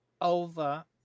over